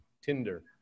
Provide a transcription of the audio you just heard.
Tinder